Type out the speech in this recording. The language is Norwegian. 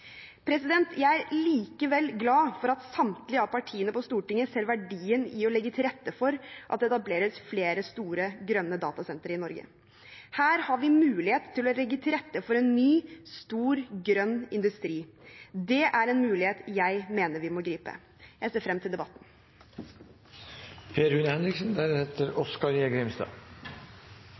Jeg er likevel glad for at samtlige av partiene på Stortinget ser verdien i å legge til rette for at det etableres flere store grønne datasentre i Norge. Her har vi mulighet til å legge til rette for en ny stor grønn industri. Det er en mulighet jeg mener vi må gripe. Jeg ser frem til debatten.